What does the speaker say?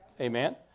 Amen